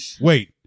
Wait